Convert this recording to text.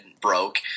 broke